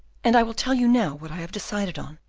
and i will tell you now what i have decided on.